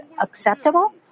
acceptable